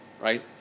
Right